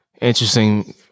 interesting